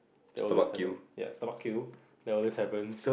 there always seven ya Starbucks queue they always seven